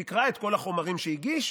תקרא את כל החומרים שהגישו,